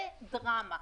זה דרמה,